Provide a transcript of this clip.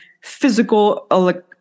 physical